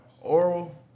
Oral